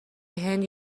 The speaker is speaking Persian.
هند